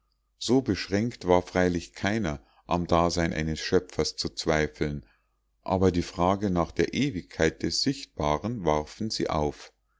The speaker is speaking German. so beschränkt war freilich keiner am dasein eines schöpfers zu zweifeln aber die frage nach der ewigkeit des sichtbaren warfen sie auf